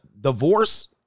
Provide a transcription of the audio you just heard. divorce